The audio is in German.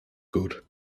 gut